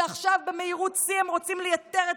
ועכשיו במהירות שיא הם רוצים לייתר את